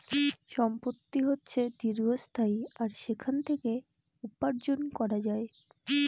সম্পত্তি হচ্ছে দীর্ঘস্থায়ী আর সেখান থেকে উপার্জন করা যায়